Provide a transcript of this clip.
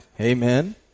Amen